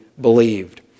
believed